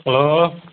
hello